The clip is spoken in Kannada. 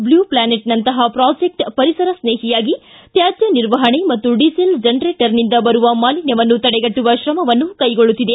ಬ್ಲೂ ಪ್ಲಾನೆಟ್ನಂತಹ ಪ್ರಾಜೆಕ್ಟ್ ಪರಿಸರ ಸ್ನೇಹಿಯಾಗಿ ತ್ಯಾಜ್ಯ ನಿರ್ವಹಣೆ ಮತ್ತು ಡೀಸೆಲ್ ಜನರೇಟರ್ನಿಂದ ಬರುವ ಮಾಲಿನ್ಯವನ್ನು ತಡೆಗಟ್ಟುವ ಶ್ರಮವನ್ನು ಕೈಗೊಳ್ಳುತ್ತಿದೆ